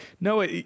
no